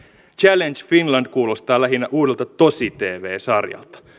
challenge finland kuulostaa lähinnä uudelta tosi tv sarjalta